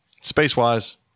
space-wise